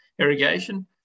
irrigation